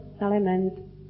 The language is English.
element